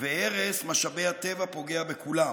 והרס משאבי הטבע פוגע בכולם.